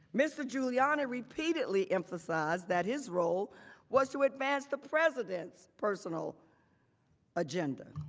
mr. giuliani repeatedly emphasized that his role was to advance the presidents personal agenda.